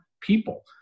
people